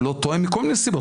או לא תואם מכל מיני סיבות,